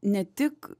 ne tik